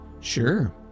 Sure